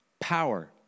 power